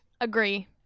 Agree